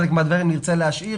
חלק מהדברים נרצה להשאיר.